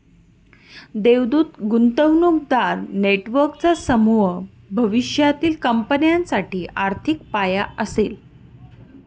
देवदूत गुंतवणूकदार नेटवर्कचा समूह भविष्यातील कंपन्यांसाठी आर्थिक पाया असेल